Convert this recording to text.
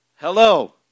Hello